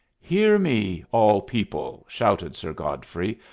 hear me, all people! shouted sir godfrey,